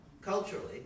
culturally